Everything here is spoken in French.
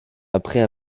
après